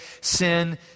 sin